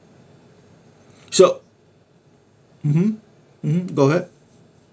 so mm hmm mm hmm go ahead